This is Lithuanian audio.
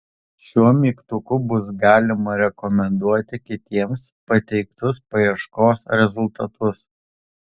šiuo mygtuku bus galima rekomenduoti kitiems pateiktus paieškos rezultatus